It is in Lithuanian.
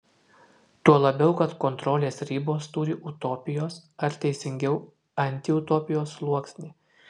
tuo labiau kad kontrolės ribos turi utopijos ar teisingiau antiutopijos sluoksnį